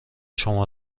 شما